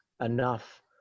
enough